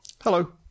Hello